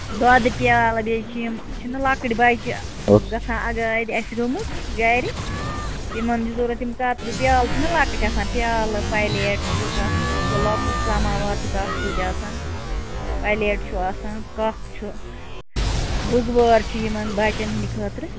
دۄدٕ پیٛالہٕ بیٚیہِ چھِ یِم چھِناہ لۄکٕٹۍ بَچہِ گژھان اَگادِ آسہِ گٲمٕتۍ گرِ یِمن یہِ ضروٗرت یِم کَتریو پیٛالہٕ چھِناہ لۄکٕٹۍ آسان پیٛالہٕ پَلیٹہٕ چھُ تَتھ سُہ لۄکُٹ سَماوار چھُ تَتھ سۭتۍ آسان پَلیٹ چھُ آسان کَپ چھُ بُگوٲر چھِ یِمن بَچین ہٕنٛدِ خٲطرٕ